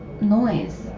noise